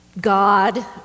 God